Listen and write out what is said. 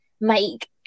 make